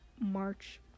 march